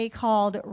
called